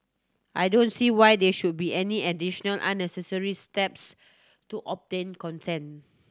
I don't see why there should be any additional unnecessary steps to obtain contain